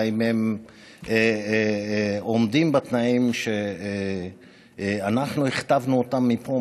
והאם הם עומדים בתנאים שאנחנו הכתבנו אותם מפה,